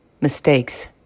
Mistakes